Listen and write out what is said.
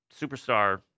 superstar